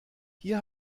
hier